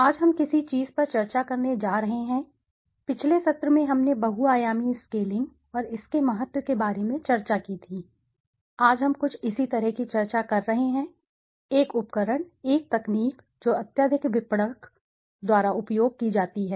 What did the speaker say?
आज हम किसी चीज़ पर चर्चा करने जा रहे हैं पिछले सत्र में हमने बहु आयामी स्केलिंग और इसके महत्व के बारे में चर्चा की थी आज हम कुछ इसी तरह की चर्चा कर रहे हैं एक उपकरण एक तकनीक जो अत्यधिक विपणक द्वारा उपयोग की जाती है